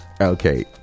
Okay